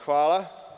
Hvala.